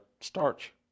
starch